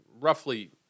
roughly